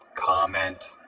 Comment